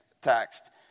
text